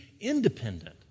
independent